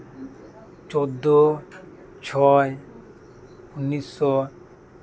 ᱪᱳ ᱫᱫᱳ ᱪᱷᱚᱭ ᱩᱱᱤᱥᱥᱚ